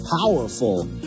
powerful